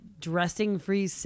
dressing-free